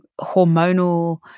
hormonal